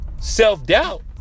self-doubt